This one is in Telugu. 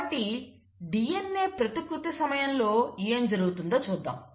కాబట్టి DNA ప్రతికృతి సమయంలో ఏమి జరుగుతుందో చూద్దాం